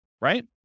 right